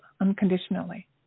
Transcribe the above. unconditionally